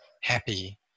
happy